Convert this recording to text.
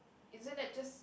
isn't that just